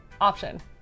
option